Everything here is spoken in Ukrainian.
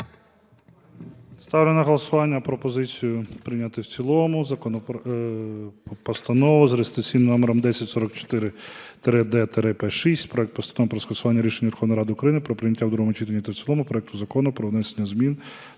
Ставлю на голосування пропозицію прийняти в цілому Постанову з реєстраційним номером 10044-д-П6: проект Постанови про скасування рішення Верховної Ради України про прийняття у другому читанні та в цілому проекту Закону "Про внесення змін